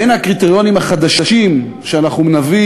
בין הקריטריונים החדשים שאנחנו נביא